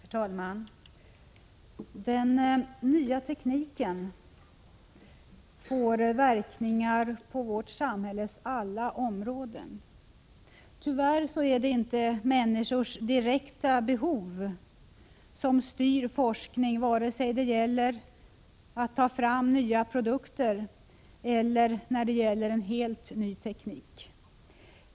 Herr talman! Den nya tekniken får verkningar på vårt samhälles alla områden. Tyvärr är det inte människors direkta behov som styr forskning vare sig det gäller att ta fram nya produkter eller när det gäller en helt ny teknik.